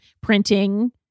printing